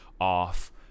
off